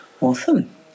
Awesome